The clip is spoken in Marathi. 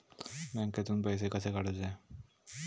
बँकेतून पैसे कसे काढूचे?